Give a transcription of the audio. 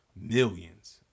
millions